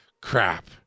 Crap